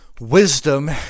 Wisdom